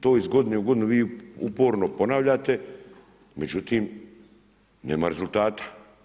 To iz godine u godinu vi uporno ponavljate, međutim nema rezultata.